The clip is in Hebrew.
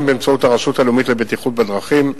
באמצעות הרשות הלאומית לבטיחות בדרכים.